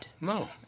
no